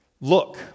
Look